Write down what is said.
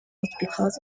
because